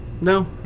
No